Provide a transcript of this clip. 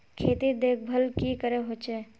खेतीर देखभल की करे होचे?